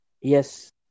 Yes